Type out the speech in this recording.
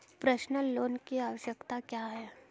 Personal loan की आवश्यकताएं क्या हैं?